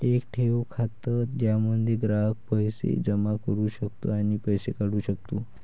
एक ठेव खाते ज्यामध्ये ग्राहक पैसे जमा करू शकतो आणि पैसे काढू शकतो